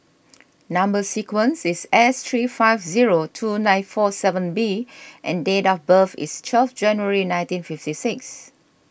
Number Sequence is S three five zero two nine four seven B and date of birth is twelve January nineteen fifty six